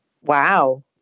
Wow